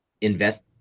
invest